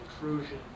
intrusion